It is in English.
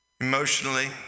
Emotionally